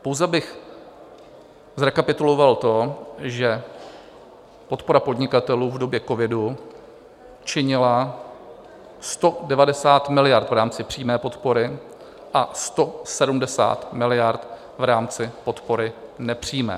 Pouze bych zrekapituloval to, že podpora podnikatelů v době covidu činila 190 miliard v rámci přímé podpory a 170 miliard v rámci podpory nepřímé.